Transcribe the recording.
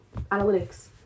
Analytics